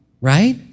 right